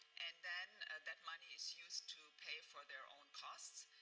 and then that money is used to pay for their own costs.